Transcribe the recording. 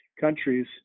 countries